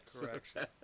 Correction